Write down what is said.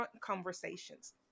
conversations